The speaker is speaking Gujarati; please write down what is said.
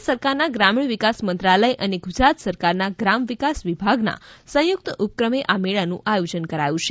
ભારત સરકારના ગ્રામીણ વિકાસ મંત્રાલય અને ગુજરાત સરકારના ગ્રામ વિકાસ વિભાગના સંયુકત ઉપક્રમે આ મેળાનું આયોજન કરાયું છે